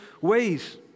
ways